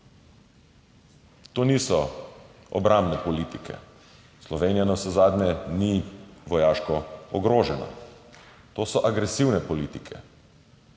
To niso obrambne politike. Slovenija navsezadnje ni vojaško ogrožena. To so agresivne politike.